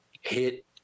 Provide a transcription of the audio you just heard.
hit